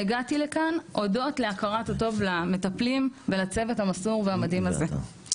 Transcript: והגעתי לכאן הודות להכרת הטוב למטפלים ולצוות המסור והמדהים הזה.